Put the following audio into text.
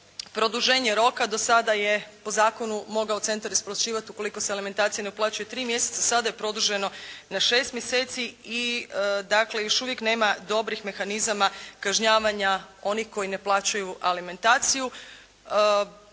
produženje roka. Do sada je po zakonu mogao centar isplaćivati, ukoliko se alimentacija ne uplaćuje 3 mjeseca, sada je produženo na 6 mjeseci i dakle još uvijek nema dobrih mehanizama kažnjavanja onih koji ne plaćaju alimentaciju.